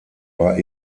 war